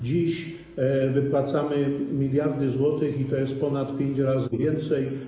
Dziś wypłacamy miliardy złotych, czyli ponad pięć razy więcej.